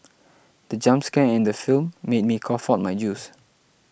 the jump scare in the film made me cough out my juice